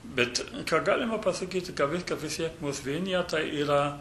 bet ką galima pasakyti kad vis tiek mus vienija tai yra